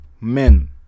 men